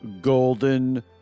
Golden